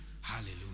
Hallelujah